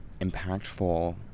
impactful